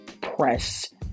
press